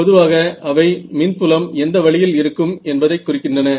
பொதுவாக அவை மின்புலம் எந்த வழியில் இருக்கும் என்பதைக் குறிக்கின்றன